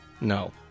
No